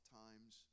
times